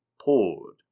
poured